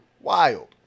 Wild